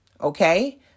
okay